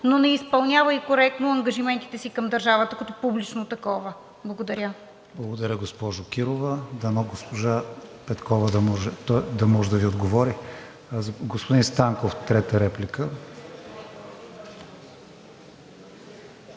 но не изпълнява и коректно ангажиментите си към държавата като публично такова. Благодаря. ПРЕДСЕДАТЕЛ КРИСТИАН ВИГЕНИН: Благодаря, госпожо Кирова. Дано госпожа Петкова да може да Ви отговори. Господин Станков – трета реплика.